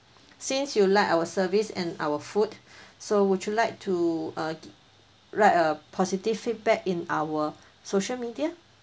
since you like our service and our food so would you like to err write a positive feedback in our social media